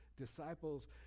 Disciples